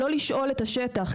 לא לשאול את השטח,